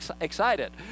excited